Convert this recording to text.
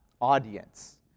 audience